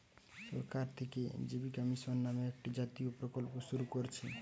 সরকার থিকে জীবিকা মিশন নামে একটা জাতীয় প্রকল্প শুরু কোরছে